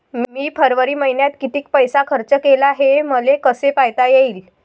मी फरवरी मईन्यात कितीक पैसा खर्च केला, हे मले कसे पायता येईल?